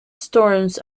storms